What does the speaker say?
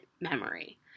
memory